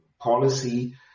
policy